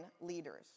leaders